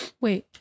wait